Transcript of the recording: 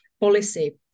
policy